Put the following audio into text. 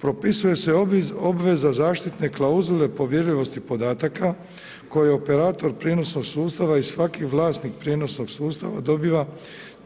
Propisuje se obveza zaštitne klauzule povjerljivosti podataka koje operator prijenosnog sustava i svaki vlasnik prijenosnog sustava dobiva